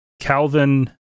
Calvin